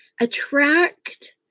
attract